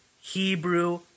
Hebrew